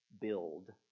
build